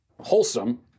wholesome